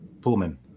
Pullman